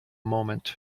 moment